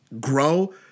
grow